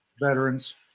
veterans